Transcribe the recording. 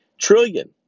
Trillion